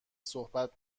صحبت